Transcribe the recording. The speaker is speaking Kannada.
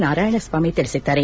ನಾರಾಯಣಸ್ವಾಮಿ ತಿಳಿಸಿದ್ದಾರೆ